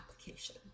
application